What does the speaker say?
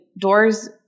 doors